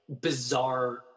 bizarre